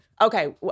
Okay